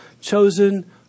chosen